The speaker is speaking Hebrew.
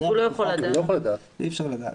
אי אפשר לדעת.